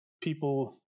people